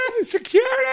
Security